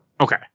okay